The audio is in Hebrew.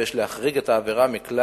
ויש להחריג את העבירה מכלל